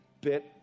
bit